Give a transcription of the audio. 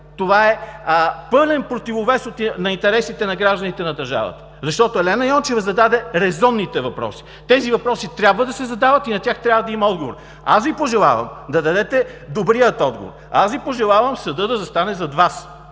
това е в пълен противовес на интересите на гражданите на държавата, защото Елена Йончева зададе резонните въпроси. Тези въпроси трябва да се задават и на тях трябва да има отговор. Пожелавам Ви да дадете добрия отговор. Пожелавам Ви съдът да застане зад Вас.